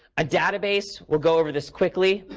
a database we'll go over this quickly,